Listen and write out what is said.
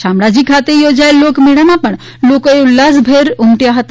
શામળાજ ખાતે યોજાયેલા લોકમેળામાં પણ લોકો ઉલ્લાસભેર ઉમટ્યા હતા